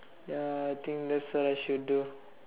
ya think that's what I should do